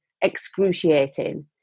excruciating